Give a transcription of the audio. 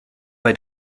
bei